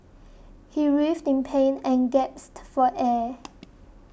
he writhed in pain and gasped for air